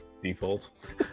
default